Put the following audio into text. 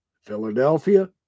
Philadelphia